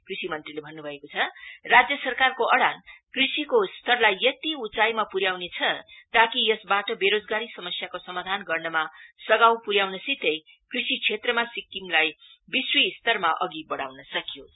कृषि मंत्रीले भन्नु भएको छ राज्य सरकारको अड़ान कृषिको स्तरलाई यति उचाईमा पुर्याउने छ ताकि यसबाट बेरोजगारी समस्याको समाधान गर्नमा सघाउ पुर्याउनसितै कृषि क्षेत्रमा सिक्किमलाई विश्वी स्तरमा अघि बढ़ाउन सकियोस्